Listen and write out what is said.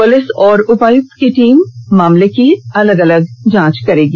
police और उपायुक्त की टीम मामले की अलग अगल जांच करेगी